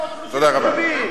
תודה רבה.